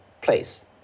place